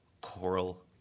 Coral